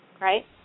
right